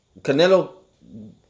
Canelo